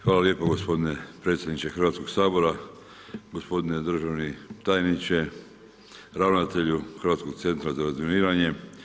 Hvala lijepo gospodine predsjedniče Hrvatskog sabora, gospodine državni tajniče, ravnatelju Hrvatskog centra za razminiranje.